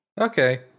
Okay